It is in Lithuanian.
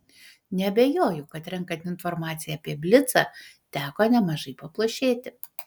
neabejoju kad renkant informaciją apie blicą teko nemažai paplušėti